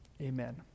Amen